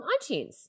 iTunes